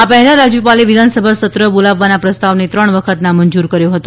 આ પહેલા રાજ્યપાલે વિધાનસભા સત્ર બોલાવવાના પ્રસ્તાવને ત્રણ વખત નામંજૂર કર્યો હતો